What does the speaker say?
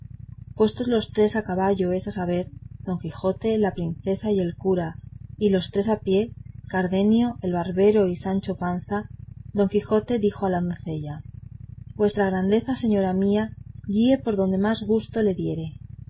puestos los tres a caballo es a saber don quijote la princesa y el cura y los tres a pie cardenio el barbero y sancho panza don quijote dijo a la doncella vuestra grandeza señora mía guíe por donde más gusto le diere